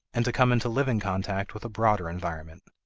and to come into living contact with a broader environment.